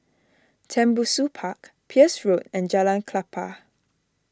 Tembusu Park Peirce Road and Jalan Klapa